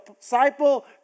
disciple